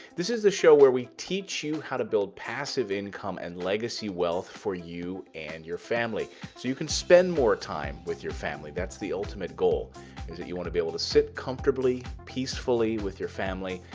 this is the show, where we teach you how to build passive income and legacy wealth for you and your family. so you can spend more time with your family. that's the ultimate goal is that you want to be able to sit comfortably, peacefully with your family,